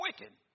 wicked